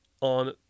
on